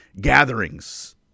gatherings